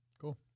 cool